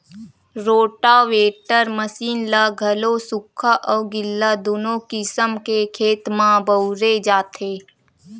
rotavator machine ल घलो सुख्खा अउ गिल्ला दूनो किसम के खेत म बउरे जाथे